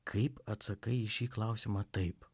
kaip atsakai į šį klausimą taip